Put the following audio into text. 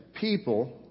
people